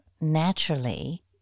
naturally